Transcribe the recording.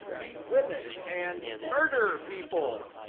beat women, and murder people.